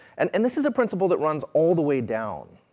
and and this is a principle that runs all the way down,